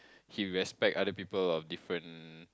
he respect other people of different